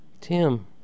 Tim